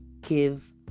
give